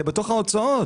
זה בתוך ההוצאות,